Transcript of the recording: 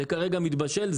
זה כרגע מתבשל.